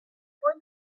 for